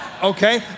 Okay